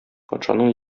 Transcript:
патшаның